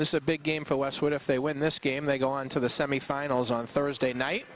this is a big game for us what if they win this game they go on to the semifinals on thursday night